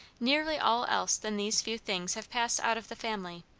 nearly all else than these few things have passed out of the family,